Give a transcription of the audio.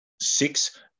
six